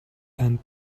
end